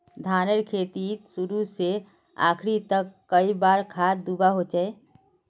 धानेर खेतीत शुरू से आखरी तक कई बार खाद दुबा होचए?